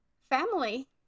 family